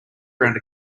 around